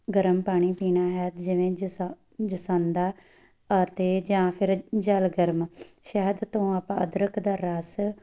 ਗਰਮ ਪਾਣੀ ਪੀਣਾ ਹੈ ਜਿਵੇਂ ਜਿਸਾ ਜਸੰਦ ਆ ਅਤੇ ਜਾਂ ਫਿਰ ਜਲ ਗਰਮ ਸ਼ਹਿਦ ਤੋਂ ਆਪਾਂ ਅਦਰਕ ਦਾ ਰਸ